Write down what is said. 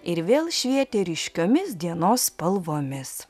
ir vėl švietė ryškiomis dienos spalvomis